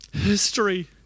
History